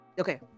okay